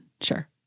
sure